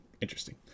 Interesting